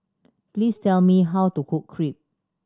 please tell me how to cook Crepe